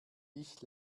ich